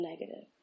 negative